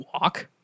walk